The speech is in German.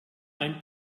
ein